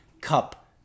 cup